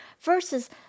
Versus